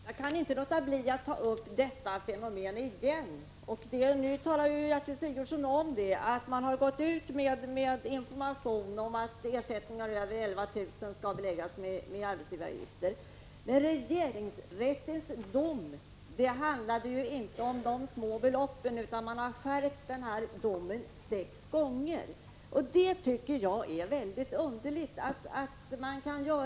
Herr talman! Jag kan inte låta bli att igen ta upp det fenomen som skärpningen av domen innebär. Nu talar Gertrud Sigurdsen om att riksförsäkringsverket och riksskatteverket har gått ut med information om att ersättningar över 11 000 kr. skall beläggas med arbetsgivaravgifter. Men regeringsrättens dom handlade inte om så små belopp, utan domen har skärpts sex gånger. Jag tycker att det är mycket underligt att detta kan ske.